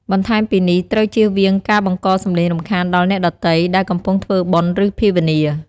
បន្ថែមពីនេះ ត្រូវចៀសវាងការបង្ករសំឡេងរំខានដល់អ្នកដទៃ ដែលកំពុងធ្វើបុណ្យ ឬភាវនា។